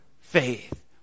faith